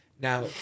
Now